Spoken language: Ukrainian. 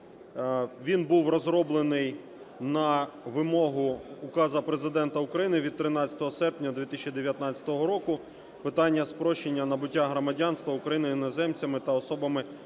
Він був розроблений на вимогу Указу Президента України від 13 серпня 2019 року питання спрощеного набуття громадянства України іноземцями та особами без